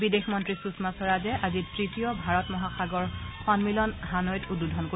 বিদেশ মন্ত্ৰী সুষমা স্বৰাজে আজি তৃতীয় ভাৰত মহাসাগৰ সন্মিলন হানৈ উদ্বোধন কৰিব